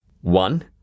One